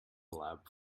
lab